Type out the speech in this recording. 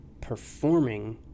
performing